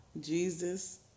Jesus